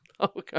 Okay